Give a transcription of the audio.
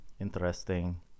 Interesting